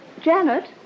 Janet